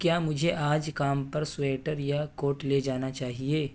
کیا مجھے آج کام پر سویٹر یا کوٹ لے جانا چاہیے